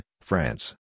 France